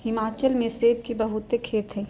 हिमाचल में सेब के बहुते खेत हई